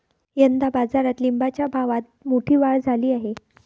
यंदा बाजारात लिंबाच्या भावात मोठी वाढ झाली आहे